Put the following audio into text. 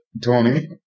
Tony